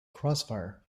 crossfire